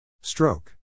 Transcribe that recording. Stroke